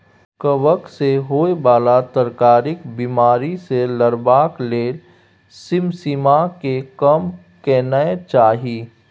कवक सँ होए बला तरकारीक बिमारी सँ लड़बाक लेल सिमसिमीकेँ कम केनाय चाही